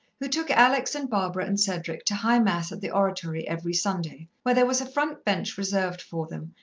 who took alex and barbara and cedric to high mass at the oratory every sunday, where there was a front bench reserved for them,